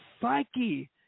psyche